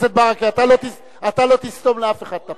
אתה לא תסתום לאף אחד את הפה.